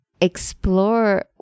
explore